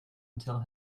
until